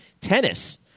Tennis